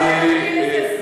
אבל, אדוני,